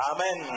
Amen